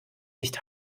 nicht